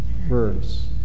verse